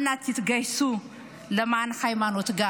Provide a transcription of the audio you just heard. אנא תתגייסו גם למען היימנוט,